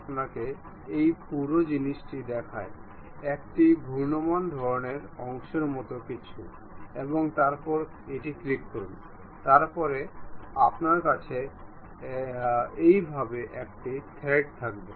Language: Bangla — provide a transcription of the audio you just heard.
আরেকটি জিনিস আরেকটি গুরুত্বপূর্ণ ফিচার্স যা আমরা সাধারণত এই কয়েন্সিডেন্ট মেট টি ব্যবহার করি তা হল অরিজিন্সগুলি ঠিক করা